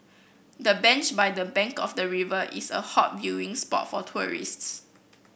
the bench by the bank of the river is a hot viewing spot for tourists